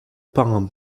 parrain